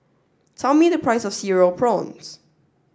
tell me the price of Cereal Prawns